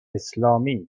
اسلامی